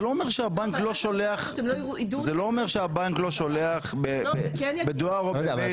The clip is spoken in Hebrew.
זה לא אומר שהבנק לא שולח בדואר או במייל.